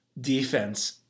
defense